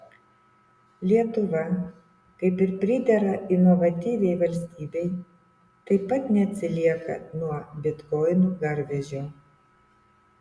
lietuva kaip ir pridera inovatyviai valstybei taip pat neatsilieka nuo bitkoinų garvežio